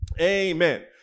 Amen